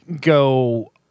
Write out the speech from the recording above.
go